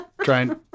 trying